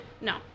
No